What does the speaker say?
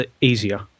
easier